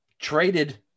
traded